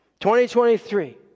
2023